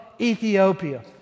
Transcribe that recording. Ethiopia